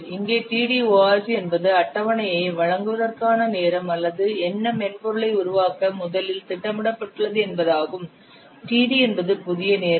இங்கே td org என்பது அட்டவணையை வழங்குவதற்கான நேரம் அல்லது என்ன மென்பொருளை உருவாக்க முதலில் திட்டமிடப்பட்டுள்ளது என்பதாகும் td என்பது புதிய நேரம்